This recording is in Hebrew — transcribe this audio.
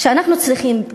שאנחנו צריכים,